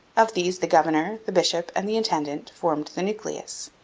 of these the governor, the bishop, and the intendant formed the nucleus,